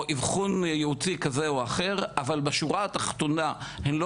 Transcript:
או אבחון ייעוצי כזה או אחר אבל בשורה התחתונה הן לא